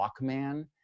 Walkman